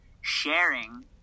sharing